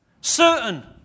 certain